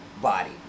Body